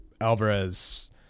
Alvarez